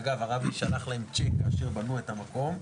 אגב הרבי שלח להם צ'ק כאשר בנו את המקום,